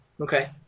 Okay